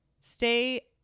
stay